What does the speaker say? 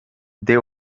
they